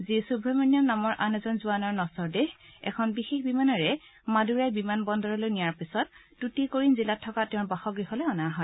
G Subramaniam নামৰ আন এজন জোৱানৰ নশ্বৰ দেহ এখন বিশেষ বিমানেৰে মাডুৰাই বিমান বন্দৰলৈ নিয়াৰ পিছত টুটিকৰিণ জিলাত থকা তেওঁৰ বাসগৃহলৈ নিয়া হয়